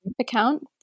account